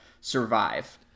survive